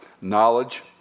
Knowledge